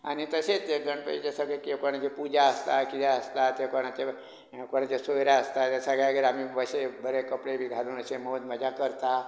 आनी तशेंच गणपतीचें सगळें की कोणाचें पूजा आसता कितें आसता तें कोणाचें कोणाचें सोयऱ्या आसता ह्या सगळ्यांगेर आमी मातशें बरें कपडे बी घालून अशें मौज मजा करता